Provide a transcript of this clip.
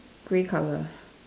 grey color